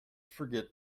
forget